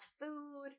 food